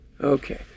okay